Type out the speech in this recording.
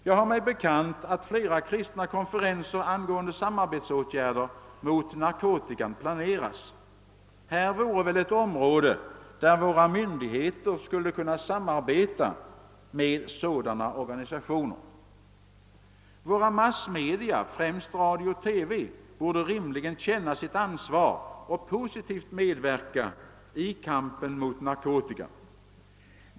Jag har mig bekant att flera kristna konferenser angående samarbetsåtgärder mot narkotikan planeras. Detta vore väl ett område där våra myndigheter skulle kunna samarbeta med sådana organisationer. Våra massmedia, främst radio och TV, borde rimligen känna sitt ansvar och positivt medverka i kampen mot narkotika.